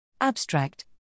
Abstract